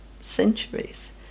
centuries